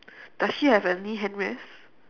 does she have any hand rest